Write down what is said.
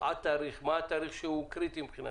מה התאריך הקריטי מבחינתכם?